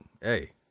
hey